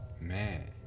Man